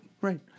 right